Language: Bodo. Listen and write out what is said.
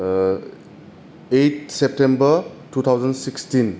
ओइथ सेपतेम्बर थुथावजेन स्किसथिन